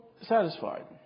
satisfied